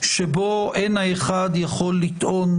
שבו אין האחד יכול לטעון,